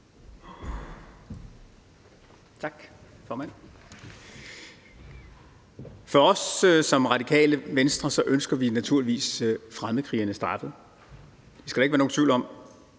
Tak, formand. Vi i Radikale Venstre ønsker naturligvis fremmedkrigerne straffet. Det skal der ikke være nogen tvivl om.